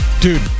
Dude